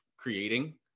creating